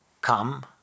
come